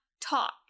talk